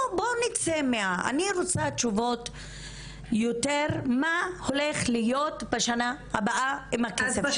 אני רוצה תשובות יותר על מה הולך להיות בשנה הבאה עם הכסף.